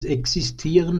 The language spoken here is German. existieren